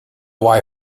why